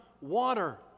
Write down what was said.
water